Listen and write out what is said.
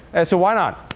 and so, why not?